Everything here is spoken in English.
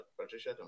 Patricia